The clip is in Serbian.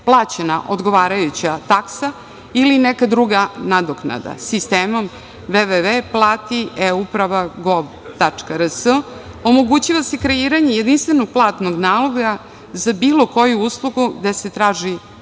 plaćena odgovarajuća taksa ili neka druga nadoknada. Sistemom www. plati e-uprava gov. rs omogućava se kreiranje jedinstvenog platnog naloga za bilo koju uslugu, gde se traži